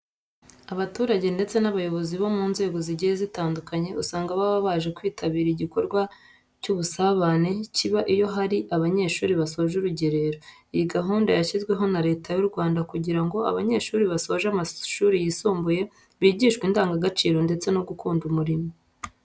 Abaturage ndetse n'abayobozi mu nzego zigiye zitandukanye usanga baba baje kwitabira igikorwa cy'ubusabane kiba iyo hari abanyeshuri basoje urugerero. Iyi gahunda yashyizweho na Leta y'u Rwanda kugira ngo abanyeshuri basoje amashuri yisumbuye bigishwe indangagaciro ndetse no gukunda umurimo.